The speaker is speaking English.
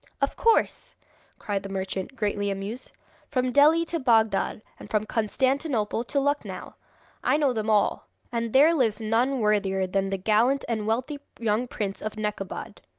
of course cried the merchant, greatly amused from delhi to baghdad, and from constantinople to lucknow, i know them all and there lives none worthier than the gallant and wealthy young prince of nekabad